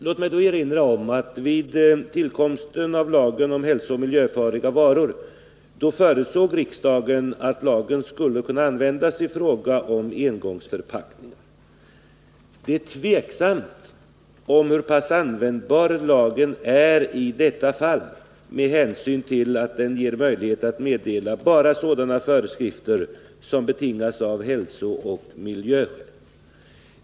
Låt mig då erinra om att vid tillkomsten av lagen om hälsooch miljöfarliga varor förutsåg riksdagen att lagen skulle kunna användas i fråga om engångsförpackningar. Det är tveksamt hur pass användbar lagen är i detta fall, eftersom den bara ger möjlighet att meddela föreskrifter som betingas av hälsooch miljöfara.